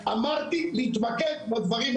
בערבית הייתה ועדה שקוראים לה ועדת ה-40.